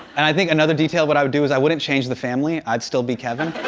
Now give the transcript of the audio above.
and i think another detail what i would do is i wouldn't change the family, i'd still be kevin.